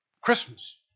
Christmas